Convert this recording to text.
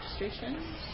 registration